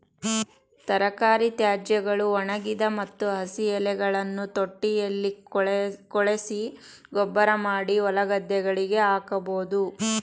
ತರಕಾರಿ ತ್ಯಾಜ್ಯಗಳು, ಒಣಗಿದ ಮತ್ತು ಹಸಿ ಎಲೆಗಳನ್ನು ತೊಟ್ಟಿಯಲ್ಲಿ ಕೊಳೆಸಿ ಗೊಬ್ಬರಮಾಡಿ ಹೊಲಗದ್ದೆಗಳಿಗೆ ಹಾಕಬೋದು